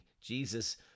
Jesus